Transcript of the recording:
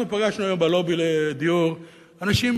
אנחנו